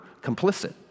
complicit